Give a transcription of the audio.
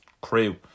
Crew